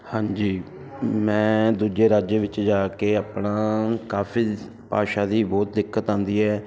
ਹਾਂਜੀ ਮੈਂ ਦੂਜੇ ਰਾਜੇ ਵਿੱਚ ਜਾ ਕੇ ਆਪਣਾ ਕਾਫ਼ੀ ਜ਼ ਭਾਸ਼ਾ ਦੀ ਬਹੁਤ ਦਿੱਕਤ ਆਉਂਦੀ ਹੈ